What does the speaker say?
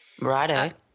Righto